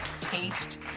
taste